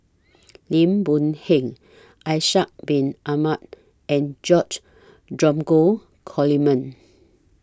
Lim Boon Heng Ishak Bin Ahmad and George Dromgold Coleman